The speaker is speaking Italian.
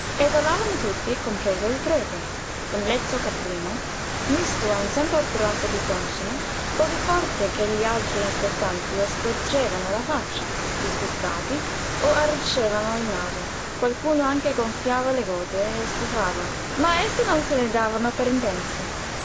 esalavano tutti compreso il prete un lezzo caprino misto a un sentor grasso di concime cosí forte che gli altri aspettanti o storcevano la faccia disgustati o arricciavano il naso qualcuno anche gonfiava le gote e sbuffava ma essi non se ne davano per intesi